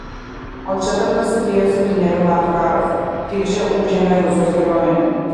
o čia dar prasidėjo septynerių metų karas tilžę užėmė rusijos kariuomenė